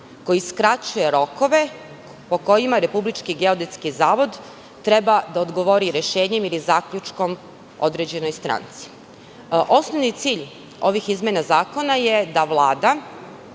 koji skraćuje rokove po kojima RGZ treba da odgovori rešenjem ili zaključkom određenoj stranci. Osnovni cilj ovih izmena zakona je da Vlada